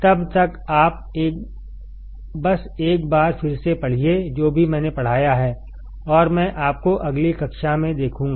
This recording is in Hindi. तब तक आप बस एक बार फिर से पढ़िए जो भी मैंने पढ़ाया है और मैं आपको अगली कक्षा में देखूँगा